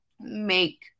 make